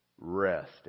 Rest